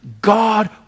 God